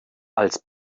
als